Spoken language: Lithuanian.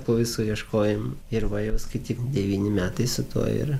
po visų ieškojimų ir va jau skaityk devyni metai su tuo ir